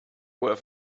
worth